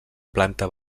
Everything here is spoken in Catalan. planta